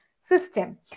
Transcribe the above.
system